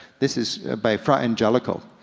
this is by fra angelico.